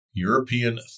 European